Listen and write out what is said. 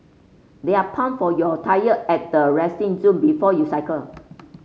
there are pump for your tyre at the resting zone before you cycle